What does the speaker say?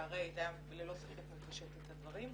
שהרי זה היה ללא ספק מפשט את הדברים,